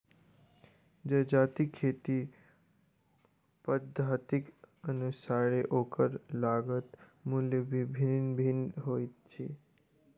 जजातिक खेती पद्धतिक अनुसारेँ ओकर लागत मूल्य भिन्न भिन्न होइत छै